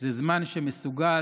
זה זמן שמסוגל